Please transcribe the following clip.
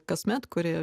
kasmet kuria